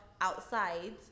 outside